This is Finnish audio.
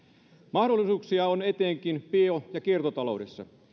mahdollisuuksia on etenkin bio ja kiertotaloudessa